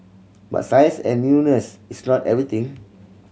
but size and newness is not everything